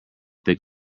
thick